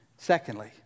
Secondly